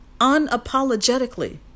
unapologetically